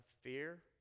fear